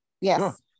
Yes